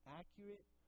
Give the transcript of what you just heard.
accurate